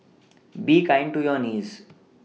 be kind to your knees